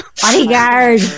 Bodyguard